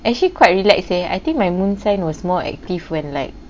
actually quite relax seh I think my moon sign was more active when like